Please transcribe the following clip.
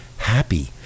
happy